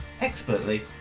expertly